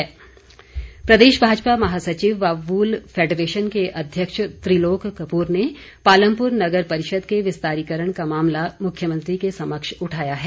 त्रिलोक कपूर प्रदेश भाजपा महासचिव व वूल फैडरेशन के अध्यक्ष त्रिलोक कपूर ने पालमपुर नगर परिषद के विस्तारीकरण का मामला मुख्यमंत्री के समक्ष उठाया है